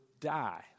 die